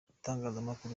ibitangazamakuru